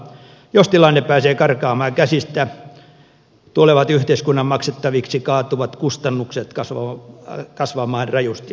jos tilanne pääsee karkaamaan käsistä tulevat yhteiskunnan maksettavaksi kaatuvat kustannukset kasvamaan rajusti